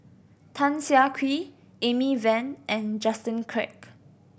Tan Siah Kwee Amy Van and Justin Quek